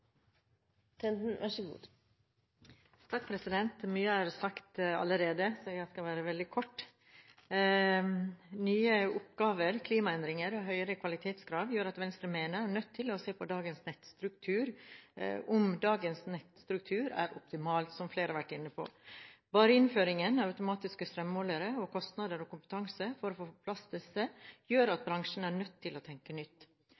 sagt allerede, så jeg skal være veldig kort. Nye oppgaver, klimaendringer og høyere kvalitetskrav gjør at Venstre mener vi er nødt til å se på om dagens nettstruktur er optimal, som flere har vært inne på. Bare innføringen av automatiske strømmålere og kostnader og kompetanse for å få på plass disse, gjør at bransjen er nødt til å tenke nytt.